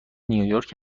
نیویورک